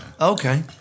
Okay